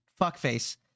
fuckface